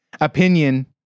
opinion